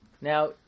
Now